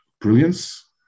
brilliance